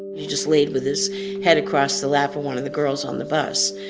he just laid with his head across the lap of one of the girls on the bus.